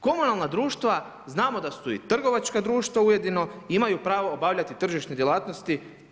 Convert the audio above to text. Komunalna društva znamo da su trgovačka društva ujedno, imaju pravo obavljati tržišne djelatnosti.